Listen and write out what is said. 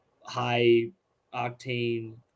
high-octane